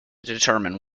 determine